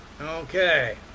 Okay